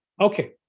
okay